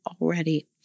already